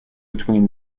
between